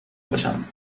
باشم